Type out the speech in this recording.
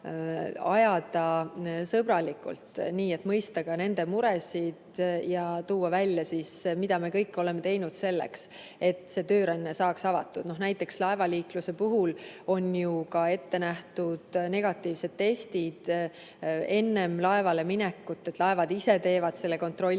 ajada sõbralikult, et mõista ka nende muresid ja tuua välja, mida me kõike oleme teinud selleks, et tööränne saaks avatud. Näiteks, laevaliikluse puhul on ju ka ette nähtud negatiivsed testid enne laevale minekut, st laevad ise teevad selle kontrolli, et